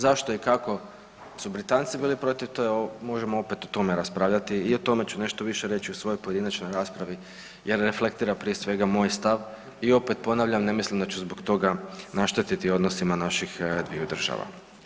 Zašto i kako su Britanci bili protiv, možemo opet o tome raspravljati i o tome ću nešto više reći u svojoj pojedinačnoj raspravi jer ne reflektira prije svega moj stav i opet ponavljam ne mislim da ću zbog toga naštetiti odnosima naših dviju država.